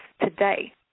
today